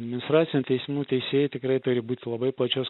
administracinių teismų teisėjai tikrai turi būti labai plačios